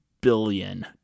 billion